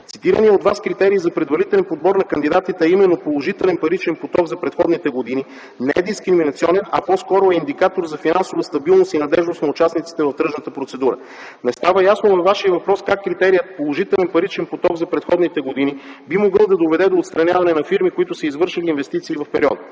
Цитираният от Вас критерий за предварителен подбор на кандидатите, а именно положителен паричен поток за предходните години, не е дискриминационен, а по-скоро е индикатор за финансова стабилност и надеждност на участниците в тръжната процедура. Не става ясно във Вашия въпрос как критерият „положителен паричен поток” за предходните години би могъл да доведе до отстраняване на фирми, които са извършили инвестиции в периода.